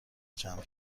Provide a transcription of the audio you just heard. جمع